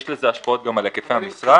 יש לזה גם השפעות על היקפי המשרה.